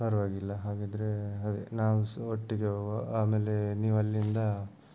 ಪರವಾಗಿಲ್ಲ ಹಾಗಿದ್ದರೆ ಅದೇ ನಾವು ಸಹ ಒಟ್ಟಿಗೆ ಹೋಗುವಾ ಆಮೇಲೆ ನೀವು ಅಲ್ಲಿಂದ